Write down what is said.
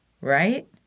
Right